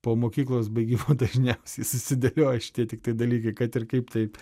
po mokyklos baigimo dažniausiai susidėlioja šitie tiktai dalykai kad ir kaip taip